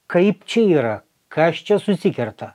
kaip čia yra kas čia susikerta